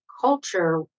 culture